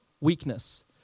weakness